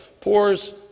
pours